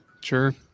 Sure